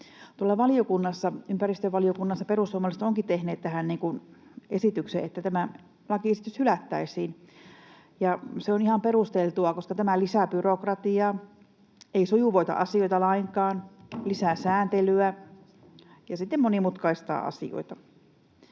Ympäristövaliokunnassa perussuomalaiset ovatkin tehneet tähän esityksen, että tämä lakiesitys hylättäisiin, ja se on ihan perusteltua, koska tämä lisää byrokratiaa, ei sujuvoita asioita lainkaan, lisää sääntelyä ja monimutkaistaa asioita.